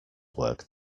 work